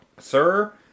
sir